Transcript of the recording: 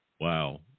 Wow